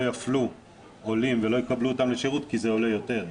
יַפלו עולים ולא יקבלו אותם לשירות כי זה עולה יותר,